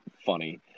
funny